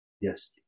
Yes